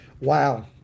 Wow